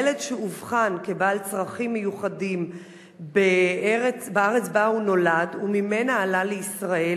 ילד שאובחן כבעל צרכים מיוחדים בארץ שבה הוא נולד וממנה הוא עלה לישראל